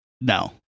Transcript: No